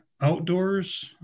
outdoors